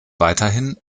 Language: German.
weiterhin